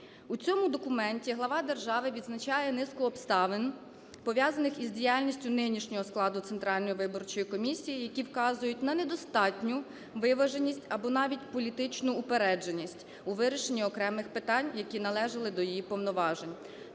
В цьому документі глава держави відзначає низку обставин, пов'язаних із діяльністю нинішнього складу Центральної виборчої комісії, які вказують на недостатню виваженість або навіть політичну упередженість у вирішенні окремих питань, які належали до її повноважень.